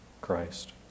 Christ